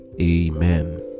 Amen